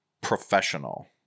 professional